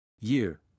Year